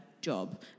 job